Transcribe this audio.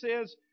says